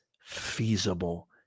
feasible